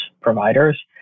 providers